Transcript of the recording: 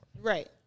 right